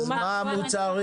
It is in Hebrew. מה המוצרים